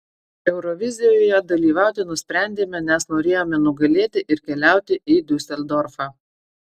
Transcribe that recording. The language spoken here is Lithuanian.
eurovizijoje dalyvauti nusprendėme nes norėjome nugalėti ir keliauti į diuseldorfą